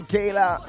Kayla